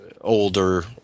older